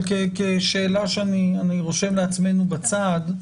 אבל כשאלה שאני רושם לעצמנו בצד,